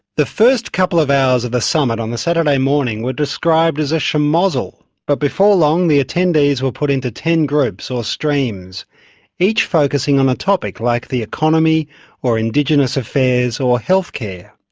the first couple of hours of the summit on the saturday morning were described as a shemozzle, but before long, the attendees were put into ten groups or streams each focussing on a topic like the economy or indigenous affairs or healthcare.